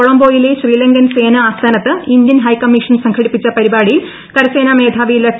കൊളംബോയിലെ ശ്രീലങ്കൻ സേനാ ആസ്ഥാനത്ത് Indian high commission സംഘടിപ്പിച്ച പരിപാടിയിൽ കരസേനാ മേധാവി ലഫ്